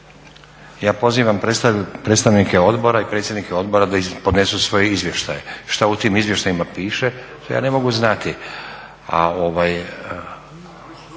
Ja pozivam predstavnike odbora i predsjednike odbora da podnesu svoje izvještaje. Šta u tim izvještajima piše to ja ne mogu znati.